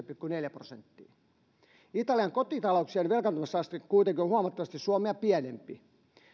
pilkku neljä prosenttia italian kotitalouksien velkaantumisaste kuitenkin on huomattavasti suomea pienempi